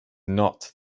not